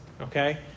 okay